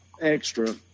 extra